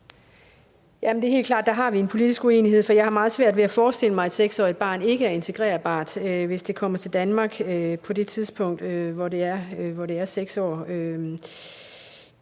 Det er helt klart, at vi der har en politisk uenighed, for jeg har meget svært ved at forestille mig, at et 6-årigt barn ikke er integrerbart, hvis det kommer til Danmark på det tidspunkt, hvor det er 6 år.